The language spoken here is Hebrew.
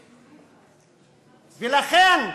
ולכן,